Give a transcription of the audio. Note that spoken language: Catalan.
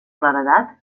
claredat